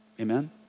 Amen